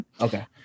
Okay